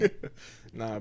Nah